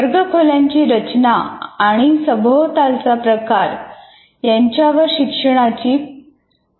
वर्गखोल्यांची रचना आणि सभोवतालचा प्रकार यांच्यावर शिक्षणाची परिस्थिती अवलंबून असते